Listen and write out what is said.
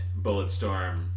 Bulletstorm